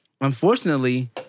unfortunately